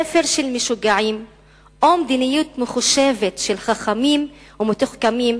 ספר של משוגעים או מדיניות מחושבת של חכמים ומתוחכמים,